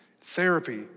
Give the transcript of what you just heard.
therapy